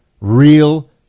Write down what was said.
real